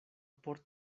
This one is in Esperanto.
por